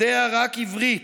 יודע רק עברית,